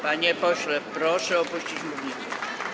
Panie pośle, proszę opuścić mównicę.